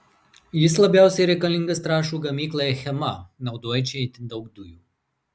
jis labiausiai reikalingas trąšų gamyklai achema naudojančiai itin daug dujų